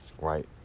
right